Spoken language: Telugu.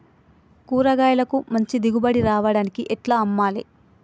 కూరగాయలకు మంచి దిగుబడి రావడానికి ఎట్ల అమ్మాలే?